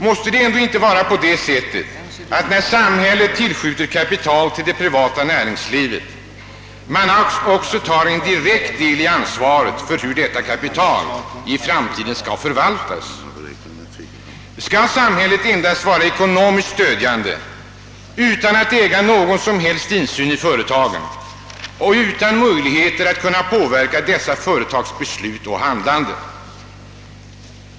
Måste det ändå inte vara på det sättet, att när samhället tillskjuter kapital till det privata näringslivet det också tar en direkt del av ansvaret för hur detta kapital i framtiden skall förvaltas? Skall samhället endast vara ekonomiskt stödjande utan att äga någon som helst insyn i företagen och utan möjligheter att kunna påverka dessa företags beslut och handlande?